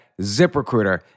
ZipRecruiter